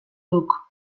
duk